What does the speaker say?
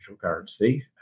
currency